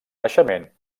naixement